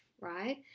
right